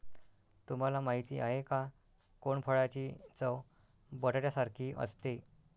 तुम्हाला माहिती आहे का? कोनफळाची चव बटाट्यासारखी असते